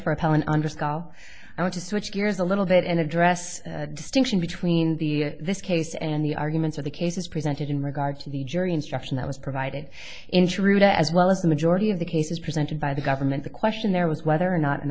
scal i want to switch gears a little bit and address distinction between the this case and the arguments of the cases presented in regard to the jury instruction that was provided intruder as well as the majority of the cases presented by the government the question there was whether or not an